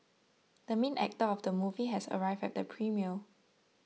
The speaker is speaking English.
the main actor of the movie has arrived at the premiere